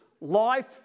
life